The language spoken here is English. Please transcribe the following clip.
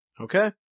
Okay